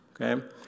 okay